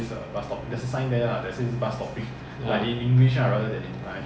malaysia ya in johor there is a factory